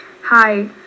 Hi